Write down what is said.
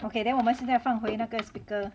okay then 我们现是在放回那个 speaker